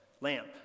lamp